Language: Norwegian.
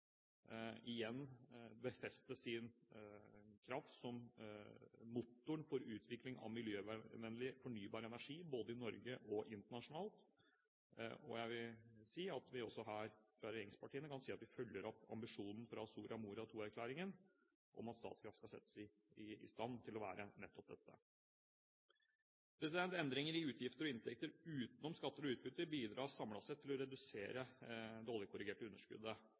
igjen befeste sin kraft som motoren for utvikling av miljøvennlig fornybar energi både i Norge og internasjonalt. Jeg vil si at vi også her fra regjeringspartiene kan si at vi følger opp ambisjonen fra Soria Moria II-erklæringen om at Statkraft skal settes i stand til å være nettopp dette. Endringer i utgifter og inntekter utenom skatter og utbytte bidrar samlet sett til å redusere det oljekorrigerte underskuddet.